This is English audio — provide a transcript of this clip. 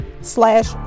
slash